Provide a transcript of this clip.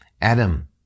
Adam